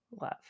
love